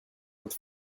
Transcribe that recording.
with